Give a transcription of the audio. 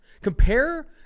compare